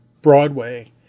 Broadway